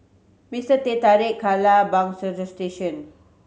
Mister Teh Tarik Kara Bagstationz